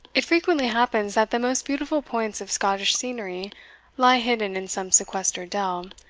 it frequently happens that the most beautiful points of scottish scenery lie hidden in some sequestered dell,